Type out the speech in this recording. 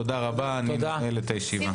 תודה רבה, אני נועל את הישיבה.